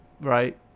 right